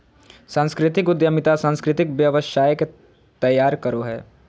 सांस्कृतिक उद्यमिता सांस्कृतिक व्यवसाय के तैयार करो हय